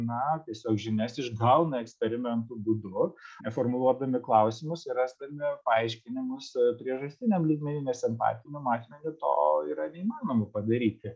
na tiesiog žinias išgauna eksperimentų būdu formuluodami klausimus ir rasdami paaiškinimus priežastiniam lygmeniui nes empatiniu matmeniu to yra neįmanoma padaryti